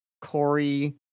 Corey